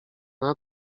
nad